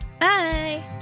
Bye